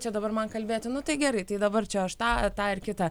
čia dabar man kalbėti nu tai gerai tai dabar čia aš tą tą ir kitą